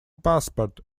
passport